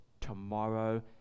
tomorrow